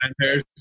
pairs